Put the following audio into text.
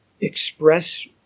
express